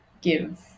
give